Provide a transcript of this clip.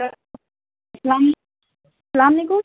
السلام سلام علیکم